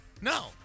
no